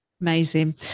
Amazing